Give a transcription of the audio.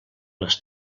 les